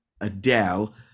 Adele